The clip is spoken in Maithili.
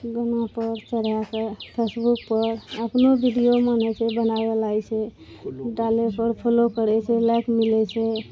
गाना पर चढ़ि कऽ फेसबुक पर अपनो वीडियो मोन होइ छै बनाबै लागै छै डालै छै फॉलो करै छै लाइक मिलै छै